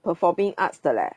performing arts 的 leh